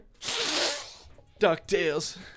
DuckTales